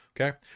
okay